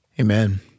Amen